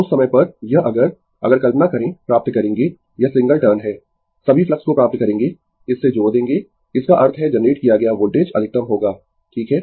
उस समय पर यह अगर अगर कल्पना करें प्राप्त करेंगें यह सिंगल टर्न है सभी फ्लक्स को प्राप्त करेंगें इससे जोड़ देंगें इसका अर्थ है जनरेट किया गया वोल्टेज अधिकतम होगा ठीक है